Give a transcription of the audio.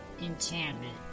enchantment